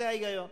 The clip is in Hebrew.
זה ההיגיון.